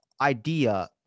idea